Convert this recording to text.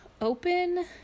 open